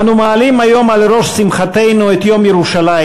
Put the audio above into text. אנו מעלים היום על ראש שמחתנו את יום ירושלים,